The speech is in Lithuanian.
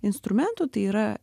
instrumentų tai yra